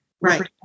right